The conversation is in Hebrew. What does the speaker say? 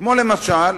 כמו למשל,